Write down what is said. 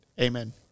Amen